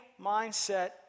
mindset